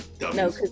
No